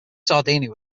sardinia